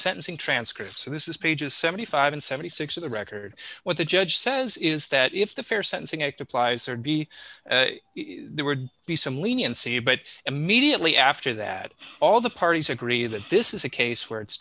sentencing transcripts and this is pages seventy five dollars seventy six cents of the record what the judge says is that if the fair sentencing act applies there'd be there were some leniency but immediately after that all the parties agree that this is a case where it's